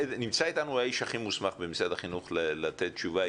נמצא איתנו האיש הכי מוסמך במשרד החינוך לתת תשובה.